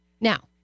Now